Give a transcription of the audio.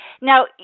Now